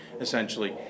essentially